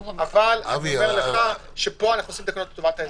אבל פה אנו עושים תקנות לטובת האזרחים.